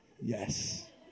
yes